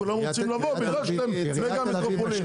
כולם רוצים לבוא בכלל שאתם מטרופולין.